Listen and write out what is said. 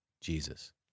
Jesus